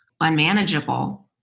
unmanageable